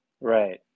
Right